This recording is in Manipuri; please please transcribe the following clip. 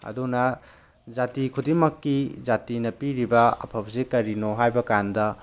ꯑꯗꯨꯅ ꯖꯥꯇꯤ ꯈꯨꯗꯤꯡꯃꯛꯀꯤ ꯖꯥꯇꯤꯅ ꯄꯤꯔꯤꯕ ꯑꯐꯕꯁꯤ ꯀꯔꯤꯅꯣ ꯍꯥꯏꯕꯀꯥꯟꯗ